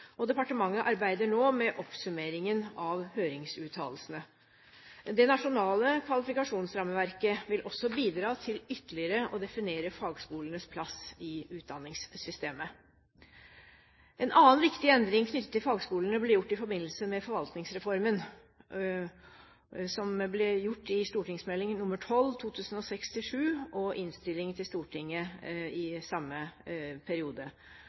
Departementet arbeider nå med oppsummeringen av høringsuttalelsene. Det nasjonale kvalifikasjonsrammeverket vil også bidra til ytterligere å definere fagskolenes plass i utdanningssystemet. En annen viktig endring knyttet til fagskolene ble gjort i forbindelse med forvaltningsreformen, jf. St.meld. nr. 12 for 2006–2007 og Innst. S. nr. 166 for 2006–2007, hvor ansvaret for drift og